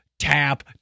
Tap